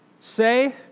say